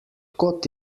kod